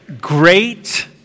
great